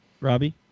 Robbie